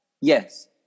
Yes